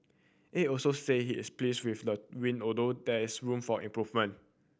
Aide also said he is pleased with the win although there is room for improvement